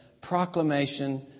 proclamation